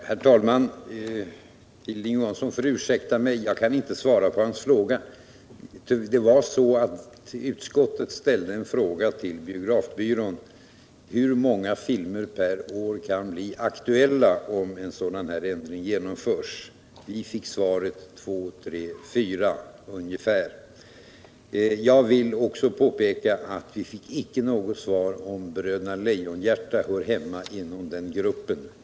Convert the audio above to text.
Herr talman! Hilding Johansson får ursäkta mig, jag kan inte svara på hans fråga. Det var så att utskottet ställde en fråga till biografbyrån om hur många filmer per år som kunde bli aktuella, om en sådan här ändring genomfördes. Vi fick svaret: Två, tre, fyra ungefär. Jag vill också påpeka att vi icke fick något svar om Bröderna Lejonhjärta hör hemma inom den gruppen.